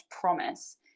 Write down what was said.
promise